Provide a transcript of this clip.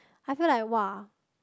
I feel like [wah]